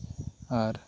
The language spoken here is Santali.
ᱟᱨ